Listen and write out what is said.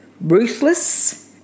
ruthless